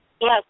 Yes